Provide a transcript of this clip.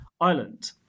Ireland